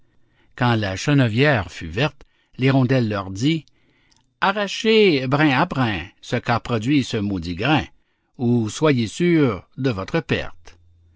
quand la chènevière fut verte l'hirondelle leur dit arrachez brin à brin ce qu'a produit ce maudit grain ou soyez sûrs de votre perte